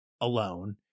alone